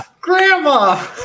Grandma